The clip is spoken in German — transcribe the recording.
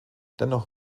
dennoch